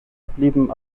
blieben